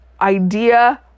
idea